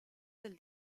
del